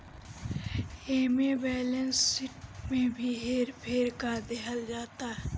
एमे balance sheet में भी हेर फेर क देहल जाता